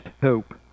hope